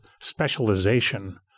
specialization